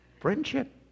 friendship